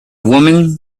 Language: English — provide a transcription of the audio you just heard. woman